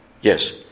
Yes